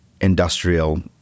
industrial